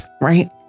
Right